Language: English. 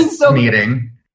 meeting